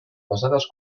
pesades